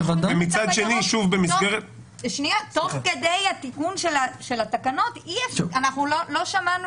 תוך כדי התיקון של התקנות אנחנו לא שמענו,